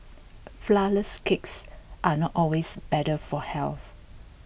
Flourless Cakes are not always better for health